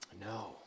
No